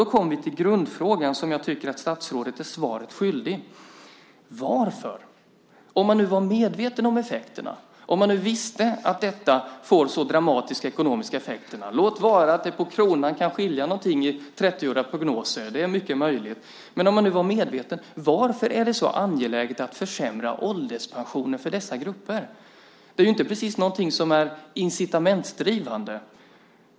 Då kommer vi till den grundfråga som jag tycker att statsrådet är svaret skyldig: Om man nu var medveten om effekterna, om man nu visste att detta får så dramatiska ekonomiska effekter - låt vara att det på kronan kan skilja något i 30-årsprognoser; det är mycket möjligt - varför är det då så angeläget att försämra ålderspensionen för dessa grupper? Det är inte precis någonting som är incitamentsdrivande.